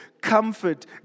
comfort